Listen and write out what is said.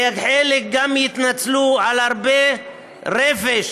וחלק גם יתנצלו על הרבה רפש